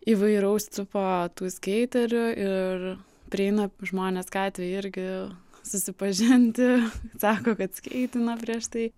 įvairaus cupo tų skeiterių ir prieina žmonės gatvėj irgi susipažinti sako kad skeitino prieš tai